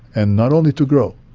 and not only to grow.